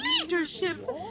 leadership